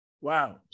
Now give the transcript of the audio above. Wow